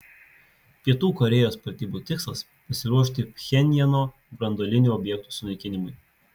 pietų korėjos pratybų tikslas pasiruošti pchenjano branduolinių objektų sunaikinimui